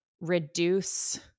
reduce